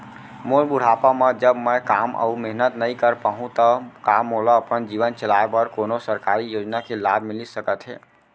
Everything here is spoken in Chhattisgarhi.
मोर बुढ़ापा मा जब मैं काम अऊ मेहनत नई कर पाहू तब का मोला अपन जीवन चलाए बर कोनो सरकारी योजना के लाभ मिलिस सकत हे?